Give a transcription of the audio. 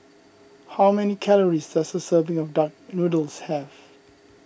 how many calories does a serving of Duck Noodles have